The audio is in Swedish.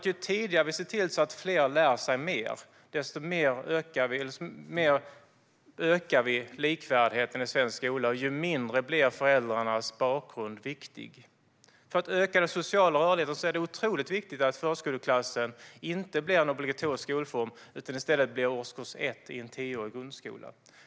Ju tidigare vi ser till att fler lär sig mer, desto mer ökar vi likvärdigheten i svensk skola och desto mindre viktig blir föräldrarnas bakgrund. För att öka den sociala rörligheten är det otroligt viktigt att förskoleklassen inte blir en obligatorisk skolform utan i stället blir årskurs 1 i en tioårig grundskola.